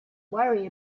worry